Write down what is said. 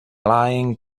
lying